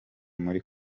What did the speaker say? muri